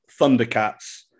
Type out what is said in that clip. Thundercats